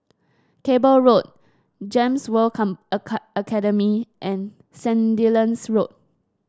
Cable Road Gems World Come Academy and Sandilands Road